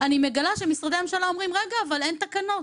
אני מגלה שמשרדי הממשלה אומרים: רגע, אין תקנות.